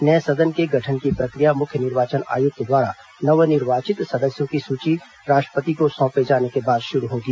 नये सदन के गठन की प्रक्रिया मुख्य निर्वाचन आयुक्त द्वारा नवनिर्वाचित सदस्यों की सूची राष्ट्रपति को सौंपे जाने के बाद शुरू होगी